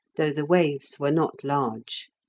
though the waves were not large.